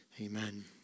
Amen